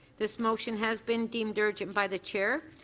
this motion has been deemed urgent by the chair.